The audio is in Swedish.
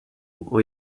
och